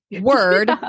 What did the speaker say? word